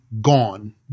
gone